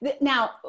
Now